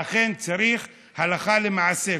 ואכן, צריך הלכה למעשה.